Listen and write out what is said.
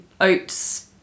oats